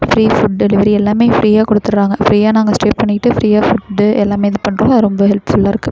free food delivery எல்லாமே ஃப்ரீயாக கொடுத்துறாங்க ஃப்ரீயாக நாங்கள் ஸ்டே பண்ணிக்கிட்டு ஃப்ரீயாக ஃபுட் எல்லாமே இது பண்ணுறாங்க அது ரொம்ப ஹெல்ப்ஃபுல்லாக இருக்குது